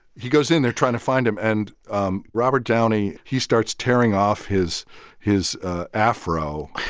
he goes in. they're trying to find him. and um robert downey, he starts tearing off his his ah afro.